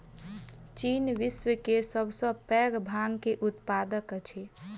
चीन विश्व के सब सॅ पैघ भांग के उत्पादक अछि